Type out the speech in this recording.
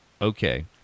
okay